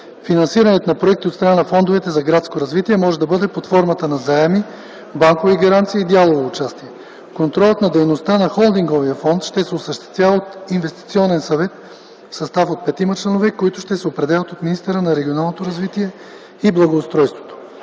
Финансирането на проекти от страна на фондовете за градско развитие може да бъде под формата на заеми, банкови гаранции и дялово участие. Контролът на дейността на Холдинговия фонд ще се осъществява от Инвестиционен съвет в състав от петима членове, които ще се определят от министъра на регионалното развитие и благоустройството.